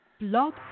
blog